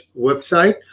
website